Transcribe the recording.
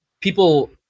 people